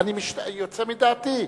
אני יוצא מדעתי.